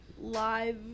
Live